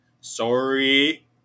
Sorry